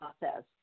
process